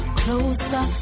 closer